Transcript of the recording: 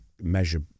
measure